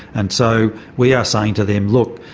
and so we are saying to them, look,